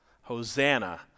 Hosanna